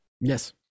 Yes